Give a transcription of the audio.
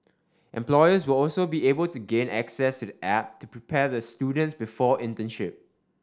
employers will also be able to gain access to the app to prepare the students before internship